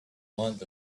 want